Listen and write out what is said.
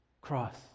Cross